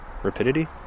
Rapidity